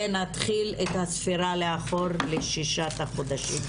ונתחיל את הספירה לאחור לששת החודשים